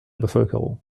bevölkerung